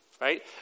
right